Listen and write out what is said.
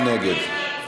מי נגד?